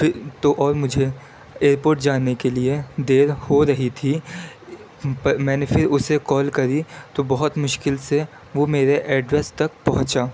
تو اور مجھے ایئرپورٹ جانے کے لیے دیر ہو رہی تھی پر میں نے پھر اسے کال کری تو بہت مشکل سے وہ میرے ایڈریس تک پہنچا